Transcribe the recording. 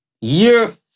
Year